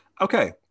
Okay